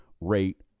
rate